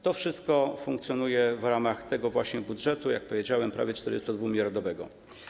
To wszystko funkcjonuje w ramach tego właśnie budżetu, jak powiedziałem, prawie 42-miliardowego.